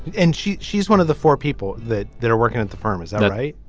and she she's one of the four people that that are working at the firm is that right.